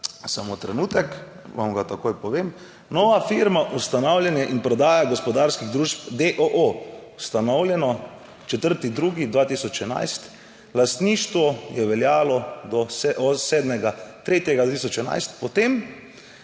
samo trenutek, vam ga takoj povem - nova Firma ustanavljanje in prodaja gospodarskih družb d. o. o. ustanovljeno 4. 2. 2011, lastništvo je veljalo do 7. 3. 2011, potem